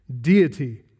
Deity